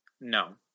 No